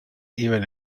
even